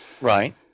Right